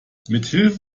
mithilfe